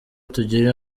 tugira